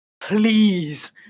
please